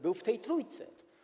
Był w tej trójce.